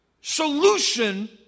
solution